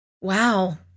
Wow